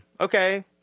Okay